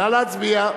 נא להצביע.